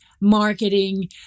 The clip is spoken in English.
marketing